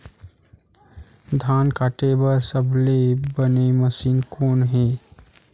धान काटे बार सबले बने मशीन कोन हे?